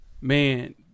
man